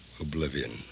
oblivion